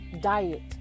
diet